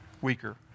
weaker